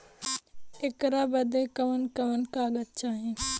ऐकर बदे कवन कवन कागज चाही?